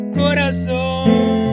corazón